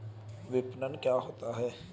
विपणन क्या होता है?